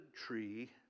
tree